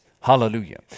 Hallelujah